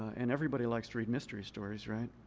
and everybody likes to read mystery stories. right?